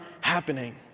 happening